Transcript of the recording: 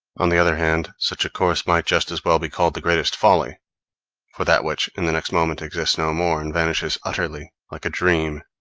on the other hand, such a course might just as well be called the greatest folly for that which in the next moment exists no more, and vanishes utterly, like a dream,